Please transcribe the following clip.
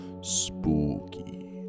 Spooky